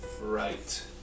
right